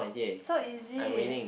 so easy